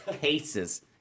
cases